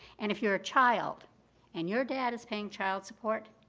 and if you're a child and your dad is paying child support,